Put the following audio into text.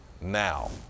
now